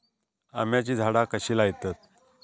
आम्याची झाडा कशी लयतत?